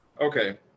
Okay